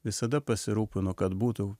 visada pasirūpinu kad būtų